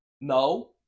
No